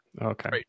Okay